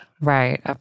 Right